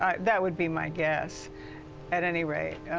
um that would be my guess at any rate.